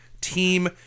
Team